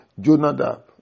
Jonadab